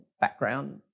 background